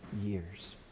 years